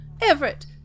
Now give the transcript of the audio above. Everett